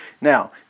Now